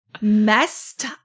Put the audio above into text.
messed